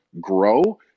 grow